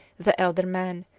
the elder man,